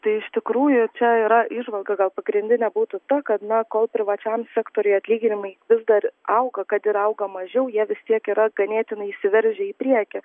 tai iš tikrųjų čia yra įžvalga gal pagrindinė būtų ta kad na kol privačiam sektoriuje atlyginimai vis dar auga kad ir auga mažiau jie vis tiek yra ganėtinai išsiveržę į priekį